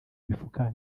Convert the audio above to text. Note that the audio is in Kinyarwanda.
mifuka